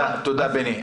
תודה, בני.